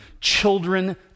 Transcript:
children